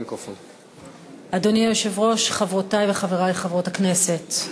אדוני היושב-ראש, חברותי וחברי חברות הכנסת,